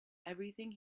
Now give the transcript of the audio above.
everything